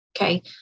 Okay